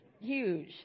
huge